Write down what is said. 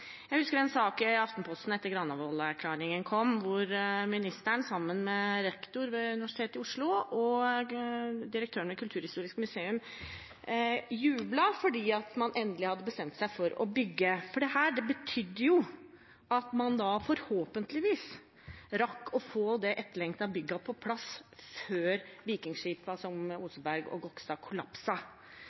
Jeg husker en sak i Aftenposten etter at Granavolden-plattformen ble lagt fram, hvor statsråden, sammen med rektor ved Universitetet i Oslo og direktør ved Kulturhistorisk museum, jublet fordi man endelig hadde bestemt seg for å bygge – for det betydde at man forhåpentligvis rakk å få det etterlengtede bygget på plass før vikingskipene, som Oseberg og